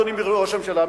אדוני ראש הממשלה,